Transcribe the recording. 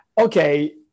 Okay